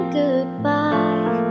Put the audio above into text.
goodbye